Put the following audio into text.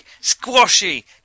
Squashy